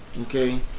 Okay